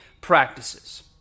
practices